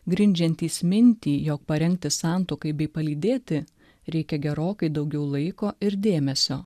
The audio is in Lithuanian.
grindžiantys mintį jog parengti santuokai bei palydėti reikia gerokai daugiau laiko ir dėmesio